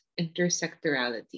intersectorality